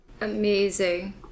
Amazing